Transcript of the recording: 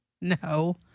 No